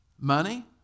money